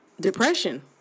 depression